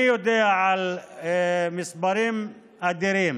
אני יודע על מספרים אדירים